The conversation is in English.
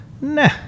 Nah